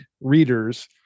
readers